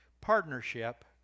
Partnership